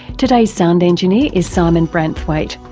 today's sound engineer is simon braithwaite.